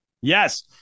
Yes